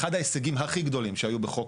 אחד ההישגים הכי גדולים שהיו בחוק,